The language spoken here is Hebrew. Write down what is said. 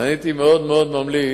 ואני הייתי מאוד מאוד ממליץ